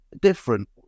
different